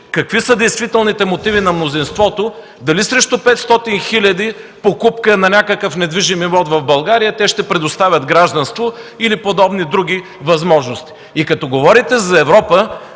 какви са действителните мотиви на мнозинството – дали срещу 500 000 лв. покупка на някакъв недвижим имот в България те ще предоставят гражданство, или други подобни възможности. И като говорите за Европа,